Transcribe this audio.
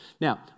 Now